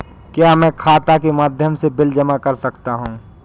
क्या मैं खाता के माध्यम से बिल जमा कर सकता हूँ?